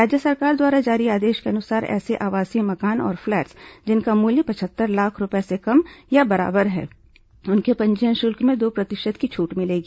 राज्य सरकार द्वारा जारी आदेश के अनुसार ऐसे आवासीय मकान और फ्लैट्स जिनका मूल्य पचहत्तर लाख रूपये से कम या बराबर है उनके पंजीयन शुल्क में दो प्रतिशत की छूट मिलेगी